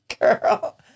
girl